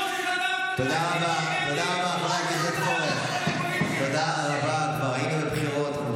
תהפכי אותה לאצבע, עודד, אבל עכשיו היינו בבחירות.